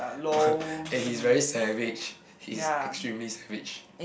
and he's very savage he is extremely savage